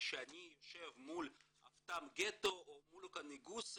כשאני יושב מול אפטהון או מול נגוסה,